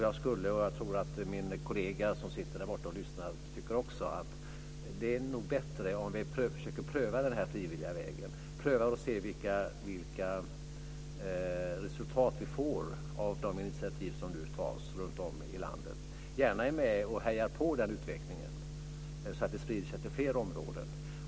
Jag tror att min kollega, justitieministern, som sitter därborta och lyssnar, också tycker att det nog är bättre om vi försöker pröva den frivilliga vägen. Vi får pröva och se vilka resultat vi får av de initiativ som nu tas runtom i landet. Vi ska gärna vara med och heja på den utvecklingen så att det sprider sig till fler områden.